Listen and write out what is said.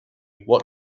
what